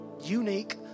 unique